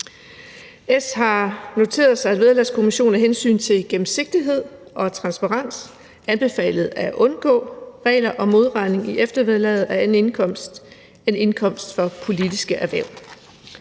har noteret sig, at Vederlagskommissionen af hensyn til gennemsigtighed og transparens anbefalede at undgå regler om modregning i eftervederlaget af anden indkomst end indkomst fra politiske erhverv.